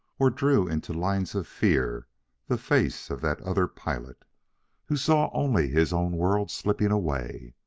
or drew into lines of fear the face of that other pilot who saw only his own world slipping away.